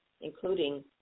including